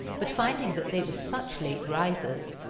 but finding that they were such late risers,